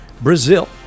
Brazil